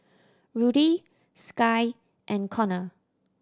Rudy Skye and Konner